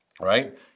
Right